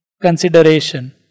consideration